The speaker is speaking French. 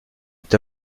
est